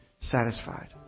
satisfied